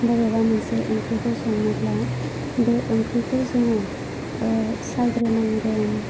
बबेबा मोनसे ओंख्रिखौ संनोब्ला बे ओंख्रिखौ जोङो सायग्रोनांगोन